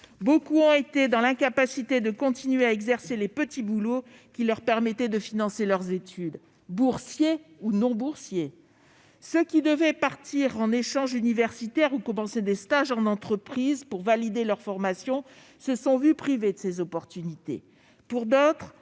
Beaucoup ont été dans l'incapacité de continuer à exercer les petits, boulots qui leur permettaient de financer leurs études, qu'il s'agisse des boursiers ou des non-boursiers. Ceux qui devaient partir en échange universitaire ou commencer des stages en entreprise pour valider leur formation se sont vus privés de ces opportunités. Pour d'autres,